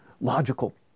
logical